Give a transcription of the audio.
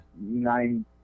Nine